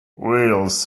wheels